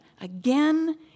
again